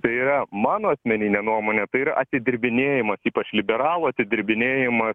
tai yra mano asmenine nuomone tai yra atidirbinėjimas ypač liberalų atidirbinėjimas